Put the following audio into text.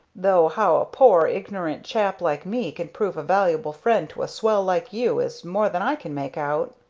though how a poor, ignorant chap like me can prove a valuable friend to a swell like you is more than i can make out.